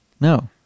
No